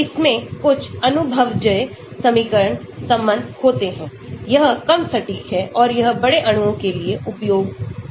इसमे कुछ अनुभवजन्य समीकरण संबंधहोते हैं यह कम सटीक है औरयह बड़े अणुओं के लिए उपयोग किया जाता है